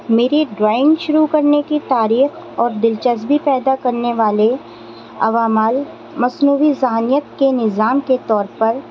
میری ڈرائنگ شروع کرنے کی تاریخ اور دلچسپی پیدا کرنے والے عوامل مصنوعی ذہنیت کے نظام کے طور پر